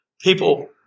people